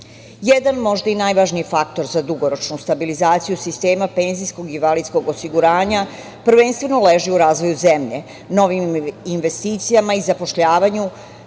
druge. Jedan, možda i najvažniji faktor za dugoročnu stabilizaciju sistema penzijskog i invalidskog osiguranja prvenstveno leži u razvoju zemlje, novim investicijama i zapošljavanju,